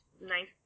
nice